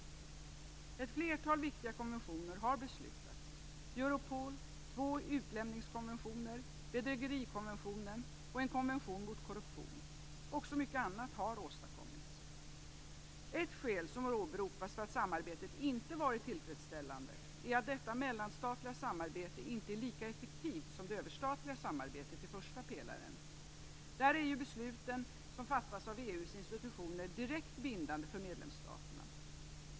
Det har beslutats om ett flertal viktiga konventioner: Europol, två utlämningskonventioner, bedrägerikonventionen och en konvention mot korruption. Mycket annat har också åstadkommits. Ett skäl som åberopas för att samarbetet inte har varit tillfredsställande är att detta mellanstatliga samarbete inte är lika effektivt som det överstatliga samarbetet i första pelaren. Där är ju besluten som fattas av EU:s institutioner direkt bindande för medlemsstaterna.